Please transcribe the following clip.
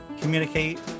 communicate